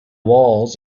walls